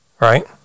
right